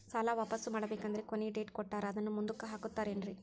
ಸಾಲ ವಾಪಾಸ್ಸು ಮಾಡಬೇಕಂದರೆ ಕೊನಿ ಡೇಟ್ ಕೊಟ್ಟಾರ ಅದನ್ನು ಮುಂದುಕ್ಕ ಹಾಕುತ್ತಾರೇನ್ರಿ?